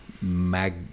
Mag